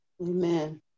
Amen